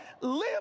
Live